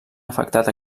afectat